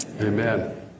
Amen